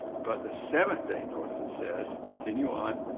but the seventh day notice it says, continue on,